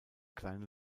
kleine